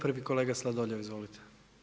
Prvi kolega Sladoljev, izvolite.